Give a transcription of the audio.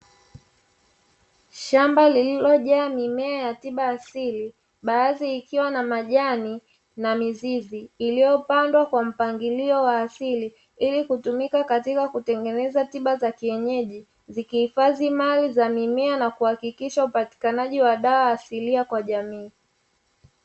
Shamba lililoja mimea ya tiba asili baadhi ikiwa na majani na mizizi iliyopandwa kwa mpangilio wa asili, ili kutumika katika kutengeneza tiba za kienyeji zikihifadhi mali za mimea na kuhakikisha upatikanaji wa dawa asilia kwa jamii.